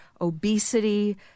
obesity